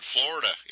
Florida